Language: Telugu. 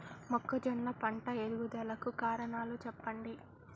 మొక్కజొన్న పంట ఎదుగుదల కు కారణాలు చెప్పండి?